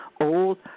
old